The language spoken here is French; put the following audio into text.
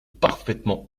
parfaitement